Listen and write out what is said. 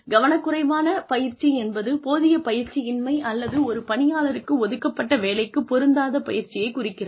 கவனக்குறைவான பயிற்சி என்பது போதிய பயிற்சியின்மை அல்லது ஒரு பணியாளருக்கு ஒதுக்கப்பட்ட வேலைக்குப் பொருந்தாத பயிற்சியை குறிக்கிறது